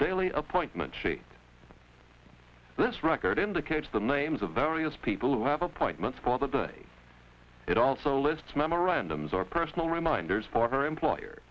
daily appointment she this record indicates the names of various people who have appointments for the day it also lists memorandums or personal reminders for her employer